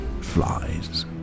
Flies